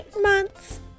months